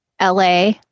LA